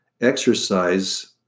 Exercise